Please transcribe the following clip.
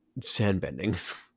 sandbending